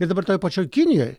ir dabar toj pačioj kinijoj